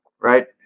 right